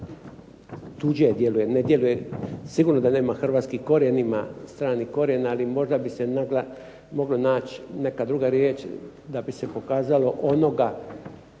tuđe djeluje, ne djeluje, sigurno da nema hrvatski korijen, ima strani korijen, ali možda bi se mogla naći neka druga riječ da bi se pokazalo onoga,